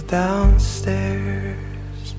downstairs